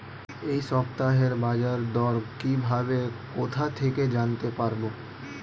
এই সপ্তাহের বাজারদর কিভাবে কোথা থেকে জানতে পারবো?